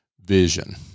vision